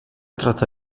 tratta